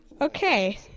Okay